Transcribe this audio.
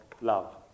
love